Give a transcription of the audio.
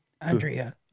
Andrea